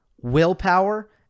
willpower